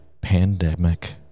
pandemic